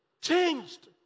changed